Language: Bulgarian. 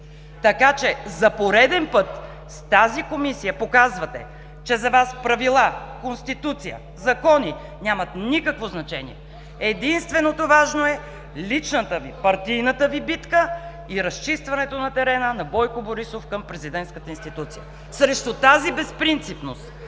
Така че за пореден път с тази Комисия показвате, че за Вас правила, Конституция, закони нямат никакво значение. Единственото важно е личната Ви, партийната Ви битка и разчистването на терена на Бойко Борисов към президентската институция. Срещу тази безпринципност